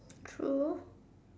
true